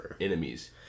enemies